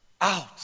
Out